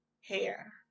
hair